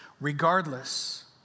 regardless